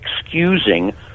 excusing